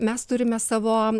mes turime savo